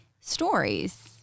stories